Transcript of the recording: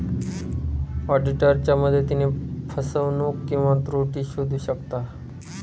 ऑडिटरच्या मदतीने फसवणूक किंवा त्रुटी शोधू शकतात